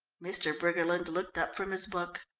mr. briggerland looked up from his book.